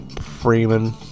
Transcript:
freeman